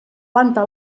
planta